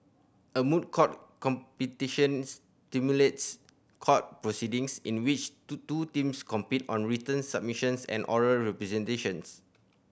a moot court competition simulates court proceedings in which two two teams compete on written submissions and oral presentations